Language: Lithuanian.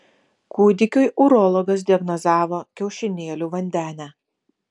kūdikiui urologas diagnozavo kiaušinėlių vandenę